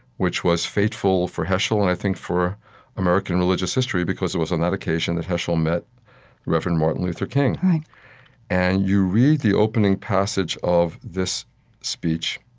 which was fateful for heschel and, i think, for american religious history, because it was on that occasion that heschel met reverend martin luther king right and you read the opening passage of this speech,